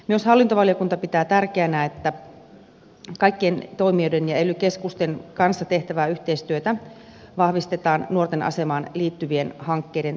myös hallintovaliokunta pitää tärkeänä että kaikkien toimijoiden ja ely keskusten kanssa tehtävää yhteistyötä vahvistetaan nuorten asemaan liittyvien hankkeiden toteuttamiseksi